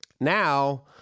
Now